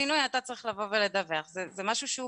אז אפשר היה כלכלית להצדיק את זה שירימו טלפון לכל